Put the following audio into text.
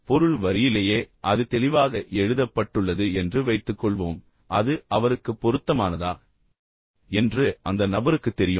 பொருள் வரியிலேயே அது தெளிவாக எழுதப்பட்டுள்ளது என்று வைத்துக்கொள்வோம் அது அவருக்கு அல்லது அவளுக்கு பொருத்தமானதா என்று அந்த நபருக்குத் தெரியும்